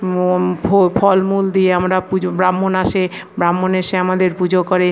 মোম ফো ফলমূল দিয়ে আমরা পুজো ব্রাহ্মণ আসে ব্রাহ্মণ এসে আমাদের পুজো করে